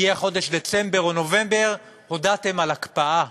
הגיע חודש דצמבר או נובמבר, הודעתם על הקפאה,